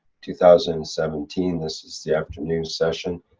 two thousand and seventeen this is the afternoon session.